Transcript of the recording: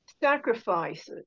sacrifices